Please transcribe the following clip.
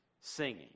singing